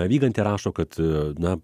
vygantė rašo kad na